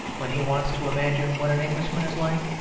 when he wants to imagine what an englishman is like,